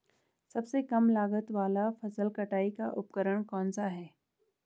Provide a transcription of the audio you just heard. सबसे कम लागत वाला फसल कटाई का उपकरण कौन सा है?